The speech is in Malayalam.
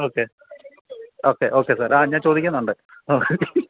ഓക്കെ ഓക്കെ ഓക്കെ സാർ ആ ഞാൻ ചോദിക്കുന്നുണ്ട്